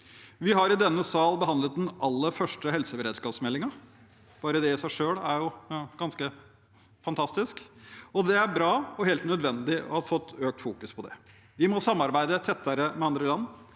Vi har i denne sal behandlet den aller første helseberedskapsmeldingen. Bare det i seg selv er ganske fantastisk. Det er bra og helt nødvendig at vi har fått økt fokus på det. Vi må samarbeide tettere med andre land,